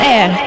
Air